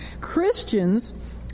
Christians